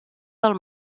del